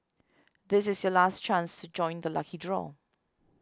this is your last chance to join the lucky draw